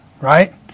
right